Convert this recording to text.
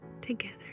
together